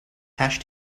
hash